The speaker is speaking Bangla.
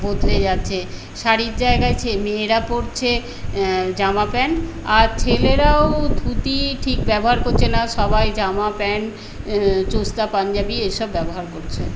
বদলে যাচ্ছে শাড়ির জায়গায় মেয়েরা পড়ছে জামা প্যান্ট আর ছেলেরাও ধুতি ঠিক ব্যবহার করছে না সবাই জামা প্যান্ট চোস্তা পাঞ্জাবি এসব ব্যবহার করছে